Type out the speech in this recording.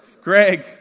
Greg